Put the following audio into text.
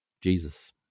Jesus